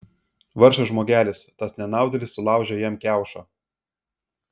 vargšas žmogelis tas nenaudėlis sulaužė jam kiaušą